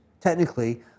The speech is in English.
technically